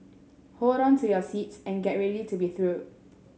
hold on to your seats and get ready to be thrilled